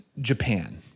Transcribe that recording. Japan